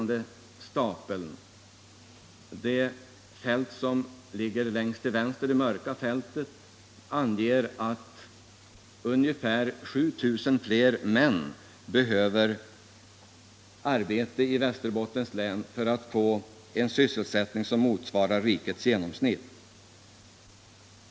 Det mörka fältet som ligger längst till vänster anger att ungefär 7 000 fler män behöver arbete i Västerbottens län för att länet skall få en sysselsättning som motsvarar riket i genomsnitt.